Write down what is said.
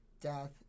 death